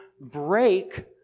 break